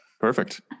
Perfect